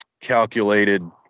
calculated